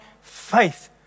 faith